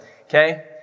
okay